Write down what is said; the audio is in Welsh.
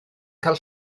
cael